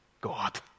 God